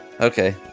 Okay